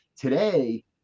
today